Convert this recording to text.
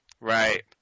Right